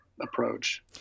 approach